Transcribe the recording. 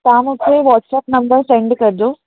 तव्हां मुखे WhatsApp number send कॼो